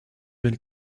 been